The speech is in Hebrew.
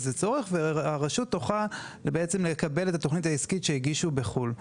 והרשות תוכל לקבל את התכנית העסקית שהגישו בחו"ל.